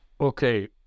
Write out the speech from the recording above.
Okay